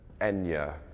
Enya